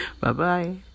Bye-bye